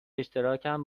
اشتراکم